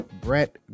Brett